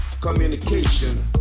communication